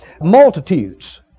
multitudes